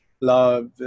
love